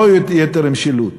לא יתר משילות.